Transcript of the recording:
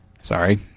sorry